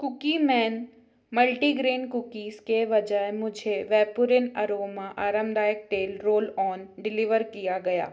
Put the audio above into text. Cookieman multigrain cookies के बजाय मुझे वेपूरिन अरोमा आरामदायक तेल रोल ऑन डिलीवर किया गया